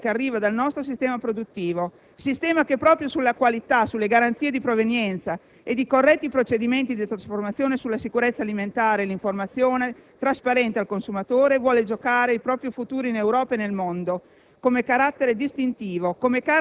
C'è poi una domanda di equo rigore che arriva dal nostro sistema produttivo, sistema che proprio sulla qualità, sulle garanzie di provenienza e di corretti procedimenti di trasformazione, sulla sicurezza alimentare e l'informazione trasparente al consumatore vuole giocare il proprio futuro in Europa e nel mondo,